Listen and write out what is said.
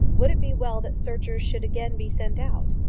would it be well that searchers should again be sent out,